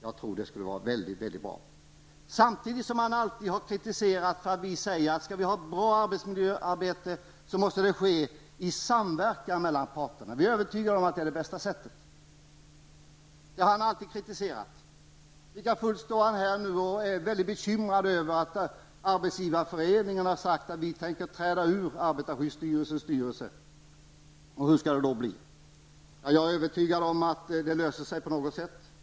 Jag tror att det skulle vara mycket bra. Samtidigt har Lars-Ove Hagberg alltid kritiserat oss för att vi anser att om vi skall ha ett bra arbetsmiljöarbete måste det ske i samverkan mellan parterna. Vi är övertygade om att det är det bästa sättet. Likafullt står han här nu och är mycket bekymrad över att arbetsgivareföreningen har sagt att man tänker träda ur arbetarskyddsstyrelsens styrelse. Han undrar hur det då skall bli. Jag är övertygad om att det löser sig på något sätt.